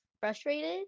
frustrated